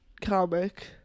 comic